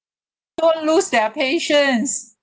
don't lose their patience